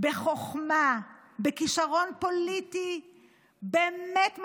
בחוכמה, בכישרון פוליטי באמת מדהים,